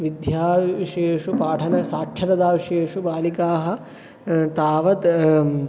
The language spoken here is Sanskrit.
विद्याविषयेषु पाठन साक्षरता विषयेषु बालिकाः तावत्